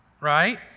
right